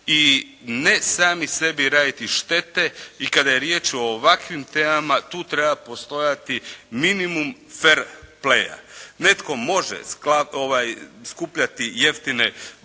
i ne sami sebi raditi štete i kada je riječ o ovakvim temama, tu treba postojati minimum fer pleja. Netko može skupljati jeftine bodove